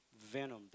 venom